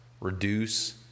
reduce